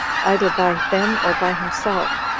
either by them or by himself.